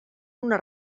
una